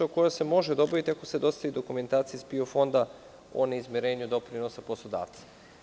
Potvrda se može dobiti ako se dostavi dokumentacija iz PIO Fonda o neizmirenju doprinosa poslodavca.